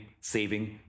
saving